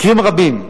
מקרים רבים,